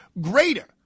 greater